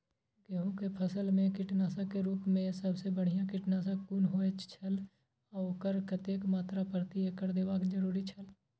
गेहूं के फसल मेय कीटनाशक के रुप मेय सबसे बढ़िया कीटनाशक कुन होए छल आ ओकर कतेक मात्रा प्रति एकड़ देबाक जरुरी छल?